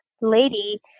lady